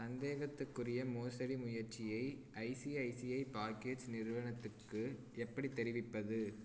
சந்தேகத்துக்குரிய மோசடி முயற்சியை ICICI pockets நிறுவனத்துக்கு எப்படித் தெரிவிப்பது